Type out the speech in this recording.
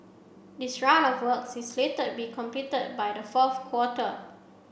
this round of works is slated be completed by the fourth quarter